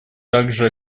также